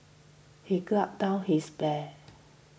he gulped down his beer